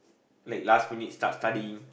like last minute start studying